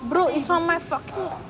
brother it's from my fucking